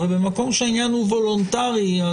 במקום שהעניין הוא וולונטרי,